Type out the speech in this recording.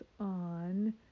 on